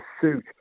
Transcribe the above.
suit